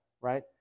right